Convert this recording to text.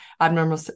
abnormal